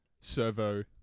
servo